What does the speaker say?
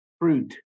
fruit